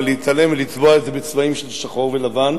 ולהתעלם ולצבוע את זה בצבעים של שחור ולבן.